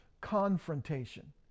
confrontation